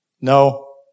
No